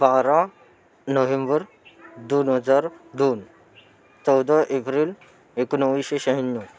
बारा नोव्हेंबर दोन हजार दोन चौदा एप्रिल एकोणवीसशे शहाण्णव